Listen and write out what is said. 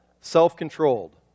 self-controlled